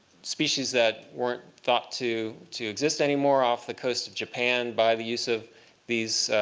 species that weren't thought to to exist anymore off the coast of japan by the use of these